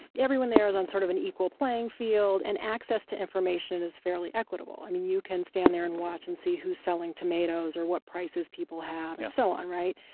everyone there is on sort of an equal playing field, and access to information is fairly equitable. i mean, you can stand there and watch and see who's selling tomatoes, or what prices people have, and so on, right.